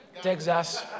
Texas